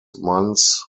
months